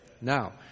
Now